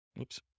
Oops